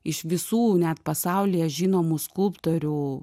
iš visų net pasaulyje žinomų skulptorių